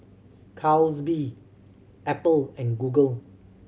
Calbee Apple and Google